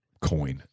coin